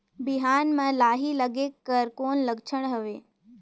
बिहान म लाही लगेक कर कौन लक्षण हवे?